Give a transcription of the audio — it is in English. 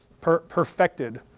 perfected